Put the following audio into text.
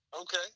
Okay